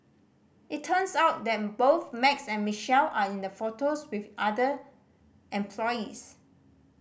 it turns out that both Max and Michelle are in the photos with other employees